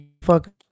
fuck